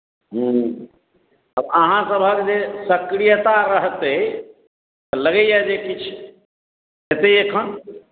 हँ अहाँसभक जे सक्रियता रहतै लगैए जे किछु हेतै एखन